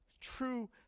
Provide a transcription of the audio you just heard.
true